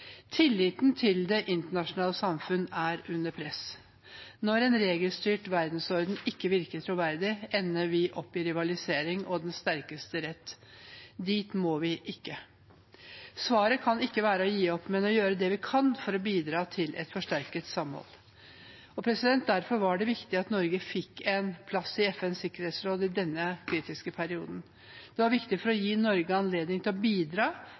Tilliten til det internasjonale samfunn er under press. Når en regelstyrt verdensorden ikke virker troverdig, ender vi opp i rivalisering og den sterkestes rett. Dit må vi ikke. Svaret kan ikke være å gi opp, men å gjøre det vi kan for å bidra til et forsterket samhold. Derfor var det viktig at Norge fikk en plass i FNs sikkerhetsråd i denne kritiske perioden. Det var viktig for å gi Norge anledning til å bidra